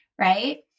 right